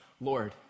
Lord